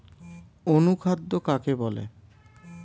অনুখাদ্য কাকে বলে?